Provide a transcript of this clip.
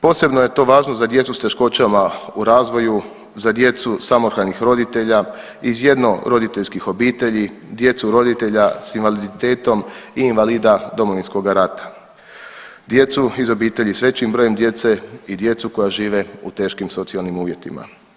Posebno je to važno za djecu s teškoćama u razvoju, za djecu samohranih roditelja, iz jedno roditeljskih obitelji, djecu roditelja s invaliditetom i invalida Domovinskoga rata, djecu iz obitelji s većim brojem djece i djecu koja žive u teškim socijalnim uvjetima.